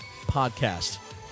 Podcast